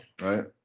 right